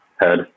head